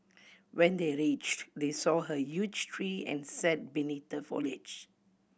when they reached they saw huge tree and sat beneath the foliage